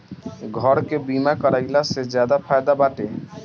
घर के बीमा कराइला से ज्यादे फायदा बाटे